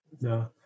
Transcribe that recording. No